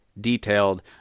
detailed